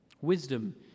Wisdom